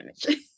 damage